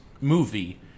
movie